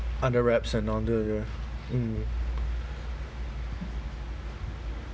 under wraps and under ya mm